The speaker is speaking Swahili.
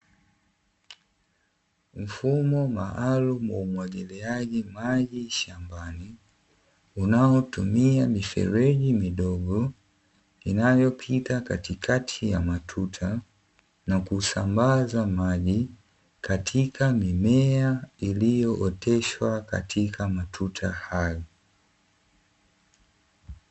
Mfumo maalum wa umwagiliaji maji shambani, unao tumia mifereji midogo inayopita katikati ya matuta na kusambaza maji katika mimea iliyooteshwa katika matuta hayo.